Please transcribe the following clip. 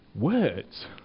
Words